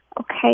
Okay